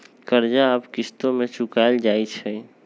कर्जा अब किश्तो में चुकाएल जाई छई